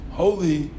holy